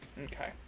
Okay